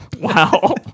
Wow